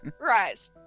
Right